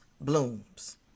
blooms